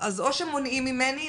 שמונעים ממני,